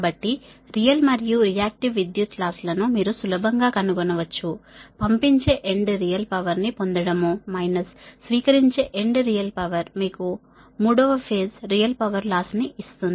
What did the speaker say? కాబట్టి రియల్ మరియు రియాక్టివ్ విద్యుత్ లాస్ లను మీరు సులభం గా కనుగొనవచ్చు పంపించే ఎండ్ రియల్ పవర్ని పొందడము మైనస్ స్వీకరించే ఎండ్ రియల్ పవర్ మీకు 3వ ఫేజ్ రియల్ పవర్ లాస్ ని ఇస్తుంది